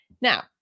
now